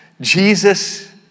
Jesus